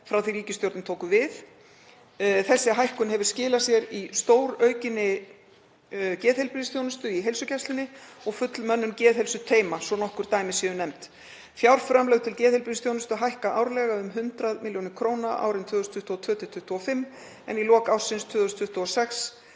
frá því að ríkisstjórnin tók við. Þessi hækkun hefur skilað sér í stóraukinni geðheilbrigðisþjónustu í heilsugæslunni og fullri mönnun geðheilsuteyma, svo að nokkur dæmi séu nefnd. Fjárframlög til geðheilbrigðisþjónustu hækka árlega um 100 millj. kr. árin 2022–2025 og í lok ársins 2026